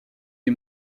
des